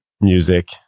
music